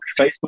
Facebook